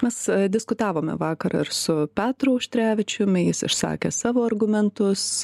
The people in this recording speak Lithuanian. mes diskutavome vakar ir su petru auštrevičium jis išsakė savo argumentus